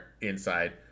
inside